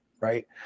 right